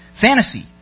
Fantasy